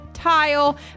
tile